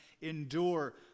endure